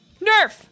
Nerf